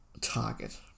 target